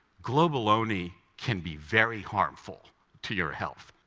globaloney can be very harmful to your health.